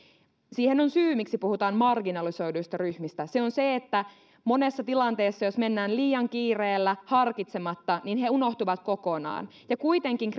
siihen on syy miksi puhutaan marginalisoiduista ryhmistä se on se että monessa tilanteessa jos mennään liian kiireellä harkitsematta he unohtuvat kokonaan ja kuitenkin